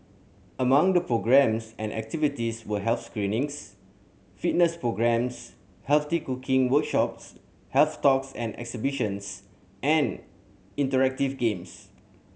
among the programmes and activities were health screenings fitness programmes healthy cooking workshops health talks and exhibitions and interactive games